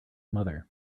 mother